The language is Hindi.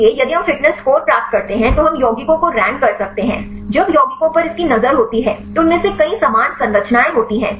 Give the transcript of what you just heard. इसलिए यदि हम फिटनेस स्कोर प्राप्त करते हैं तो हम यौगिकों को रैंक कर सकते हैं जब यौगिकों पर इसकी नज़र होती है तो उनमें से कई समान संरचनाएँ होती हैं